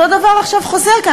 אותו דבר עכשיו חוזר כאן.